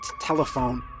telephone